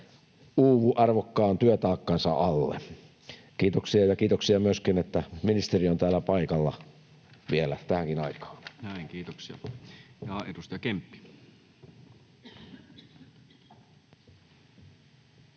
uuvu arvokkaan työtaakkansa alle. — Kiitoksia. Ja kiitoksia myöskin, että ministeri on täällä paikalla vielä tähänkin aikaan. Näin, kiitoksia. — Ja edustaja Kemppi.